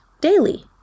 Daily